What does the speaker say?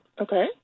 Okay